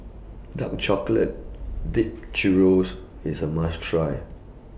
Dark Chocolate Dipped Churro's IS A must Try